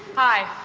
hi.